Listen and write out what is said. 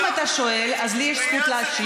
אם אתה שואל, אז לי יש זכות להשיב.